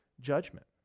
judgment